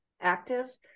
active